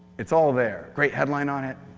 it's all there. great headline on it.